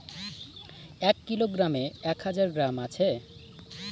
এক কিলোগ্রামে এক হাজার গ্রাম আছে